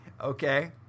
Okay